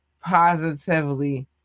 positively